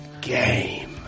game